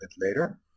later